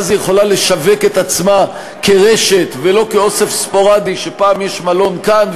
ואז היא יכולה לשווק את עצמה כרשת ולא כאוסף ספורדי שפעם יש מלון כאן,